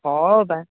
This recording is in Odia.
ହଁ ବା